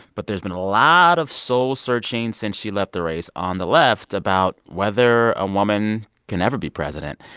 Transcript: but there's been a lot of soul-searching since she left the race on the left about whether a woman can ever be president.